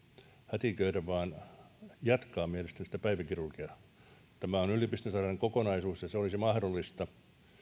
hätiköidä vaan mielestäni jatkaa sitä päiväkirurgiaa tämä on yliopistosairaalan kokonaisuus ja se olisi mahdollista